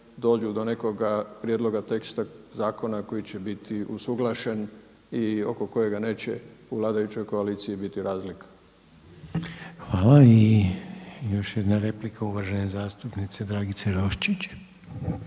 dođu do nekoga prijedloga teksta zakona koji će biti usuglašen i oko kojega neće u vladajućoj koaliciji biti razlika. **Reiner, Željko (HDZ)** Hvala. I još jedna replika, uvažene zastupnice Dragice Roščić.